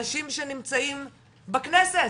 אנשים שנמצאים בכנסת,